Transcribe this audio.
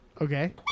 Okay